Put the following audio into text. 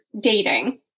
dating